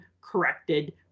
corrected